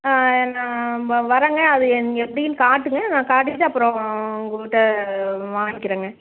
ஆ நான் வ வரேங்க அது நீங்கள் எப்படின்னு காட்டுங்கள் காட்டிட்டு அப்புறம் உங்கள்கிட்ட வாங்கிக்கிறேங்க